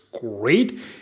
great